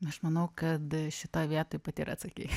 aš manau kad šitoj vietoj pati ir atsakei